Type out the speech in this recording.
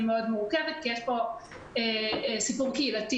מאוד מורכבת כי יש פה סיפור קהילתי,